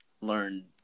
learn